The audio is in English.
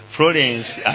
Florence